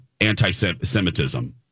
anti-Semitism